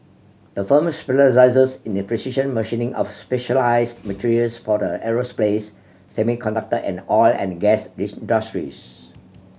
the firm specialises in the precision machining of specialised materials for the aerospace semiconductor and oil and gas industries